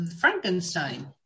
Frankenstein